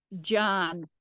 John